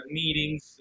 meetings